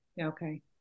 Okay